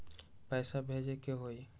पैसा भेजे के हाइ?